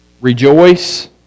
rejoice